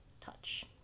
touch